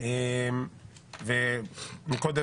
אני לא יודע למה, אבל כל פעם